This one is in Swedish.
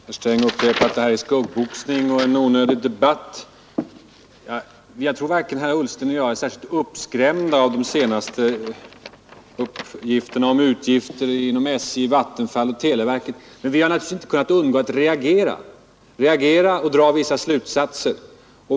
Fru talman! Herr Sträng upprepar att det här är en skuggboxning och en onödig debatt. Jag tror att varken herr Ullsten eller jag är uppskrämda av de senaste uppgifterna om utgifter inom SJ, Vattenfall och televerket, men vi har naturligtvis inte kunnat undgå att reagera och dra vissa slutsatser.